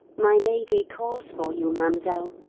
my lady calls for you, mademoiselle,